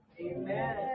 Amen